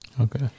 okay